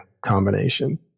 combination